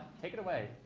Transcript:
take it away.